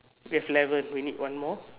we have eleven we need one more